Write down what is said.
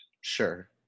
sure